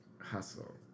hustle